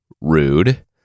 Rude